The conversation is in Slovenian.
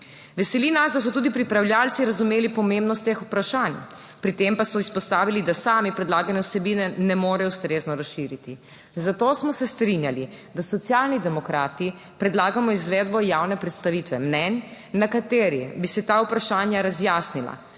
Veseli nas, da so tudi pripravljavci razumeli pomembnost teh vprašanj, pri tem pa so izpostavili, da sami predlagane vsebine ne morejo ustrezno razširiti, zato smo se strinjali, da Socialni demokrati predlagamo izvedbo javne predstavitve mnenj, na kateri bi se ta vprašanja razjasnila,